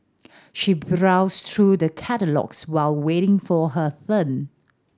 she browsed through the catalogues while waiting for her turn